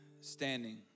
standing